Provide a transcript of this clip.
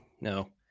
No